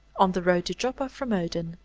on the road to joppa from modin,